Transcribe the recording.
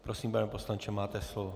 Prosím, pane poslanče, máte slovo.